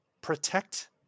protect